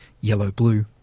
yellow-blue